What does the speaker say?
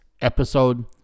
episode